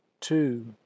two